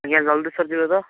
ଆଜ୍ଞା ଜଲଦି ସରିଯିବ ତ